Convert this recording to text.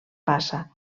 passa